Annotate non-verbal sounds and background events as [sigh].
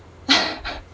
[laughs]